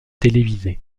télévisés